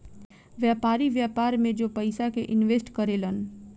व्यापारी, व्यापार में जो पयिसा के इनवेस्ट करे लन